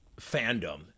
fandom